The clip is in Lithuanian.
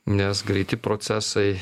nes greiti procesai